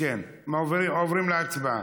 עוברים להצבעה.